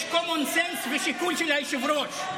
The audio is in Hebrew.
יש common sense ושיקול של היושב-ראש.